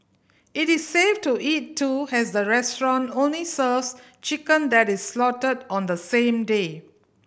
it is safe to eat too has the restaurant only serves chicken that is slaughtered on the same day